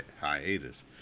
hiatus